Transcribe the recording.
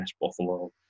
Buffalo